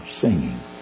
singing